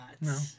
No